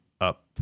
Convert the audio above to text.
up